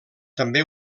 també